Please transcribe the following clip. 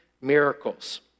miracles